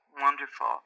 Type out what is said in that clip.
wonderful